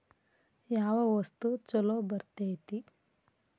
ಯಾವ ವಸ್ತು ಛಲೋ ಬರ್ತೇತಿ?